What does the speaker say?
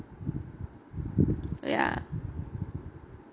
ya